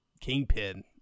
Kingpin